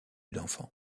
d’enfant